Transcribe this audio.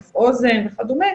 אף אוזן וכדומה,